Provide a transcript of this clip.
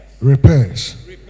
repairs